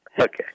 Okay